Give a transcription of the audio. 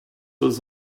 was